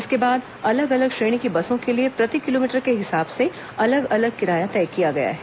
इसके बाद अलग अलग श्रेणी की बसों के लिए प्रति किलोमीटर के हिसाब से अलग अलग किराया तय किया गया है